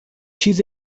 چیز